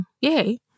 yay